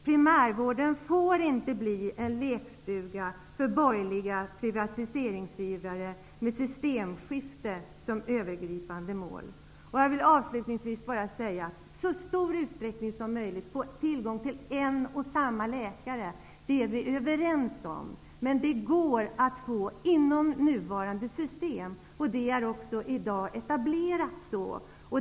Primärvården får inte bli en lekstuga för borgerliga privatiseringsivrare med systemskifte som övergripande mål. Jag vill avslutningsvis bara säga: Att patienten i så stor utsträckning som möjligt skall få tillgång till en och samma läkare är vi överens om. Men det går att få inom nuvarande system och är också i dag etablerat.